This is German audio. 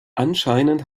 anscheinend